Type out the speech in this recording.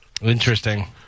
Interesting